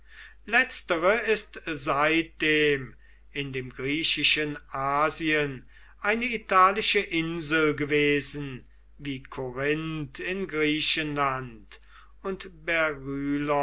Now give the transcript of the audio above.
letztere ist seitdem in dem griechischen asien eine italische insel gewesen wie korinth in griechenland und